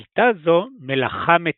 הייתה זו מלאכה מתישה,